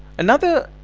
another